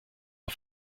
auf